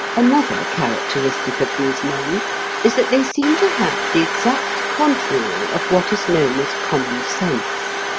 another characteristic of these men is that they seem to have the exact contrary of what is known as common sense.